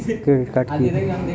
Credit card কি?